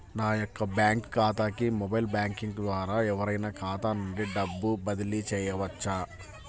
నా యొక్క బ్యాంక్ ఖాతాకి మొబైల్ బ్యాంకింగ్ ద్వారా ఎవరైనా ఖాతా నుండి డబ్బు బదిలీ చేయవచ్చా?